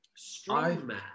Strongman